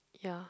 ya